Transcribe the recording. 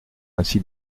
ainsi